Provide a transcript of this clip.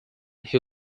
who